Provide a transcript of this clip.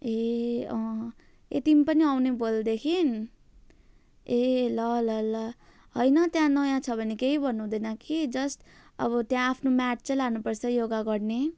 ए अँ ए तिमी पनि आउने भोलिदेखिन् ए ल ल ल हैन त्यहाँ नयाँ छ भने केही भन्नु हुँदैन कि जस्ट अब त्यहाँ आफ्नो म्याट चाहिँ लानुपर्छ योगा गर्ने